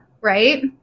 right